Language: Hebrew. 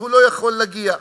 לא יכול להגיע,